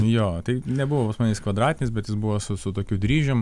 jo tai nebuvo pas mane jisai kvadratinis bet jis buvo su su tokiu dryžium